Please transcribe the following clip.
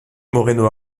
moreno